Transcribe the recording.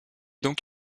donc